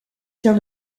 tient